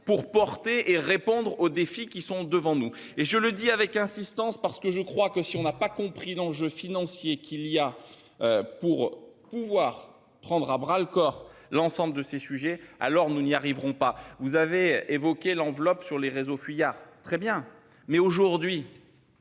pour porter et répondre aux défis qui sont devant nous et je le dis avec un. Parce que je crois que si on n'a pas compris l'enjeu financier qu'il y a. Pour pouvoir prendre à bras le corps. L'ensemble de ces sujets. Alors nous n'y arriverons pas. Vous avez évoqué l'enveloppe sur les réseaux fuyards très bien mais aujourd'hui.